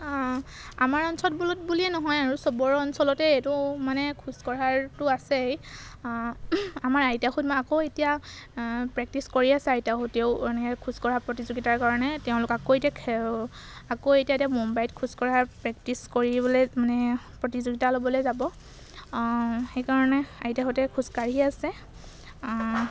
আমাৰ অঞ্চলত বোলো বুলিয়ে নহয় আৰু সবৰ অঞ্চলতে এইটো মানে খোজ কঢ়াৰটো আছে আমাৰ আইতাহঁত মই আকৌ এতিয়া প্ৰেক্টিছ কৰি আছে আইতাহঁতেও এনেকৈ খোজ কঢ়াৰ প্ৰতিযোগিতাৰ কাৰণে তেওঁলোক আকৌ এতিয়া খে আকৌ এতিয়া মুম্বাইত খোজ কঢ়াৰ প্ৰেক্টিছ কৰিবলৈ মানে প্ৰতিযোগিতা ল'বলৈ যাব সেইকাৰণে আইতাহঁতে খোজ কাঢ়ি আছে